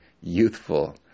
youthful